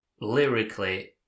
Lyrically